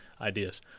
ideas